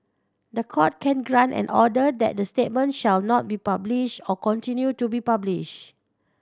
the Court can grant an order that the statement shall not be published or continue to be published